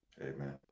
Amen